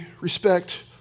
respect